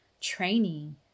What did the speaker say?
training